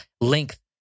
length